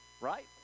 Right